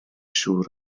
siŵr